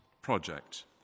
project